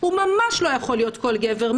הוא ממש לא יכול להיות כל גבר.